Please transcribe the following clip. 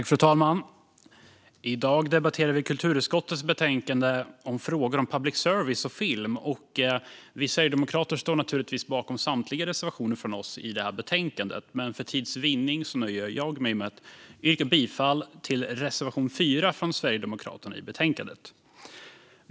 Fru talman! I dag debatterar vi kulturutskottets betänkande Frågor om public service och film . Vi sverigedemokrater står naturligtvis bakom samtliga reservationer från oss i det här betänkandet, men för tids vinnande nöjer jag mig med att yrka bifall till reservation 4 från Sverigedemokraterna.